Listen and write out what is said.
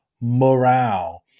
morale